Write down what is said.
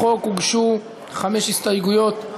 לחוק הוגשו חמש הסתייגויות,